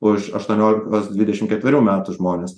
už aštuoniolikos dvidešim ketverių metų žmones